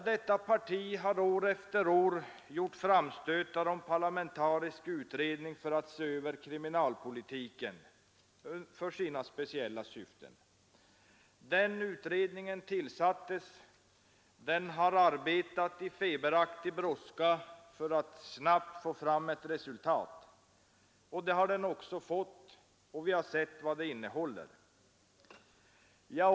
Detta parti har år efter år gjort framstötar om parlamentarisk utredning för en översyn av kriminalpolitiken för dess speciella syften. Denna utredning tillsattes och den har arbetat i feberaktig brådska för att snabbt få fram ett resultat. Det har den också fått och vi har sett vad det innehåller.